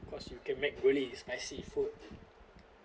because you can make really spicy food